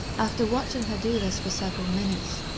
after watching her do this for several minutes,